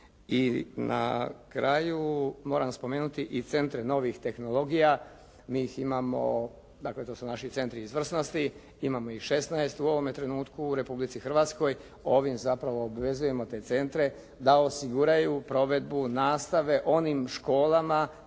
I na kraju moram spomenuti i centre novih tehnologija. Mi ih imamo, dakle to su naši centri izvrsnosti, imamo ih 16 u ovome trenutku u Republici Hrvatskoj. Ovim zapravo obvezujemo te centre da osiguraju provedbu nastave onim školama